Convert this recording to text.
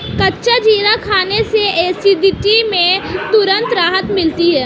कच्चा जीरा खाने से एसिडिटी में तुरंत राहत मिलती है